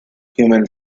human